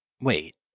Wait